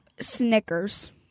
Snickers